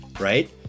right